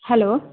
hello